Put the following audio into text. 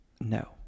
No